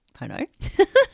pono